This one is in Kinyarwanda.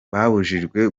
babujijwe